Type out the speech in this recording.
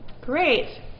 Great